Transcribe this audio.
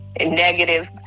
negative